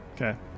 Okay